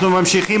אנחנו ממשיכים